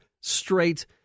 straight